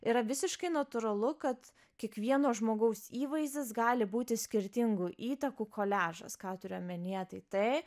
yra visiškai natūralu kad kiekvieno žmogaus įvaizdis gali būti skirtingų įtakų koliažas ką turiu omenyje tai tai